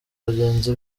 bagenzi